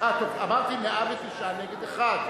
אמרתי 109 נגד אחד.